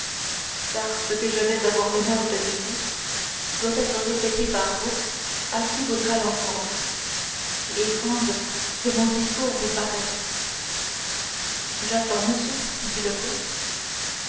car ce que je vais avoir l'honneur de lui dire doit être répété par vous à qui voudra l'entendre si étrange que mon discours vous paraisse j'attends monsieur dit le comte